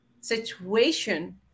situation